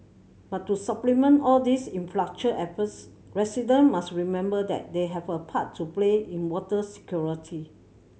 but to supplement all these infrastructure efforts resident must remember that they have a part to play in water security